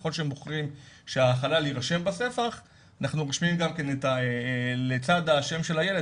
ככל שהם בוחרים שהחלל יירשם בספח אנחנו רושמים גם כן לצד השם של הילד